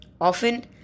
often